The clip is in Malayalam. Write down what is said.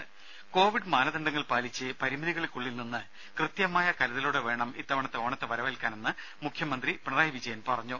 ദദ കോവിഡ് മാനദണ്ഡങ്ങൾ പാലിച്ച് പരിമിതികൾക്കുള്ളിൽ നിന്ന് കൃത്യമായ കരുതലോടെ വേണം ഇത്തവണ ഓണത്തെ വരവേൽക്കാനെന്ന് മുഖ്യമന്ത്രി പിണറായി വിജയൻ പറഞ്ഞു